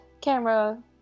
camera